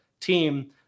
team